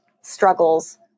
struggles